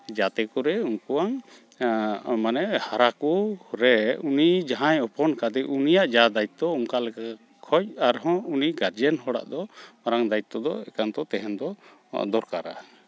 ᱡᱟᱛᱮ ᱠᱚᱨᱮ ᱩᱝᱠᱩᱣᱟᱝ ᱢᱟᱱᱮ ᱦᱟᱨᱟ ᱠᱚ ᱨᱮ ᱩᱱᱤ ᱡᱟᱦᱟᱸᱭ ᱦᱚᱯᱚᱱ ᱠᱟᱫᱮ ᱩᱱᱤᱭᱟᱜ ᱡᱟ ᱫᱟᱭᱤᱛᱛᱚ ᱚᱱᱠᱟ ᱞᱮᱠᱟ ᱠᱷᱚᱡ ᱟᱨᱦᱚᱸ ᱩᱱᱤ ᱜᱟᱨᱡᱮᱱ ᱦᱚᱲᱟᱜ ᱫᱚ ᱢᱟᱨᱟᱝ ᱫᱟᱭᱤᱛᱛᱚ ᱫᱚ ᱮᱠᱟᱱᱛᱚ ᱛᱟᱦᱮᱱ ᱫᱚ ᱫᱚᱨᱠᱟᱨᱟ